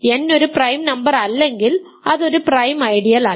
n ഒരു prime നമ്പറല്ലെങ്കിൽ അത് ഒരു പ്രൈം ഐഡിയൽ അല്ല